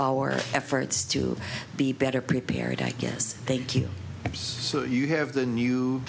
our efforts to be better prepared i guess thank you so you have the new